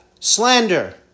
Slander